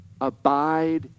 Abide